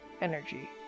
energy